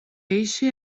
eixe